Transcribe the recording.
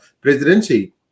presidency